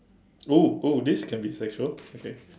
!woo! !woo! this can be sexual okay